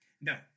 No